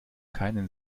keinen